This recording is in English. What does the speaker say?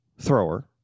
thrower